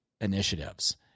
initiatives